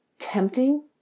tempting